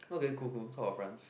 okay cool cool sort of friends